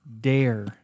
dare